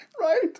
Right